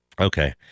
Okay